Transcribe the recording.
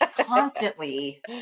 constantly